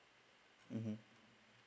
mmhmm